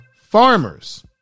farmers